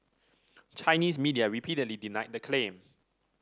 Chinese media repeatedly denied the claim